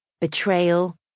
betrayal